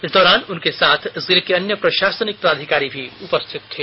इस दौरान उनके साथ जिले के अन्य प्रशासनिक पदाधिकारी भी उपस्थित थे